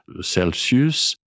Celsius